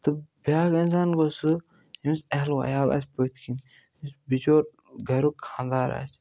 تہٕ بیٛاکھ اِنسان گوٚو سُہ ییٚمِس اہل و عیال آسہِ پٔتھۍ کِنۍ یُس بِچور گَریُک خانٛدار آسہِ